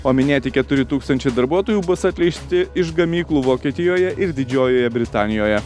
o minėti keturi tūkstančiai darbuotojų bus atleisti iš gamyklų vokietijoje ir didžiojoje britanijoje